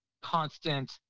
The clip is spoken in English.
constant